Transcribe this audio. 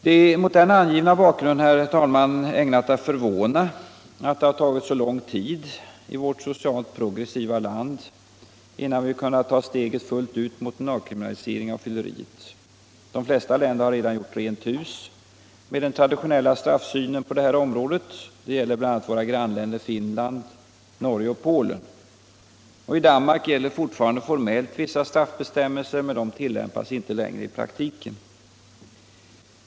Det är mot den angivna bakgrunden, herr talman, ägnat att förvåna att det har tagit så lång tid i vårt socialt progressiva land innan vi kunnat ta steget fullt ut mot en avkriminalisering av fylleriet. De flesta länder har redan gjort rent hus med den traditionella straffsynen på det här området. Det gäller bl.a. våra grannländer Finland, Norge och Polen. I Danmark gäller fortfarande formellt vissa straffbestämmelser, men de tillämpas inte längre i praktiken.